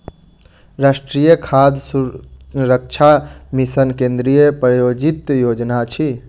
राष्ट्रीय खाद्य सुरक्षा मिशन केंद्रीय प्रायोजित योजना अछि